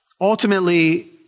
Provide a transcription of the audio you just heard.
ultimately